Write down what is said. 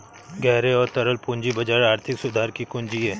गहरे और तरल पूंजी बाजार आर्थिक सुधार की कुंजी हैं,